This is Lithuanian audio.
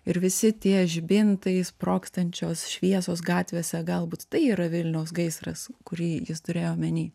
ir visi tie žibintai sprogstančios šviesos gatvėse galbūt tai yra vilniaus gaisras kurį jis turėjo omeny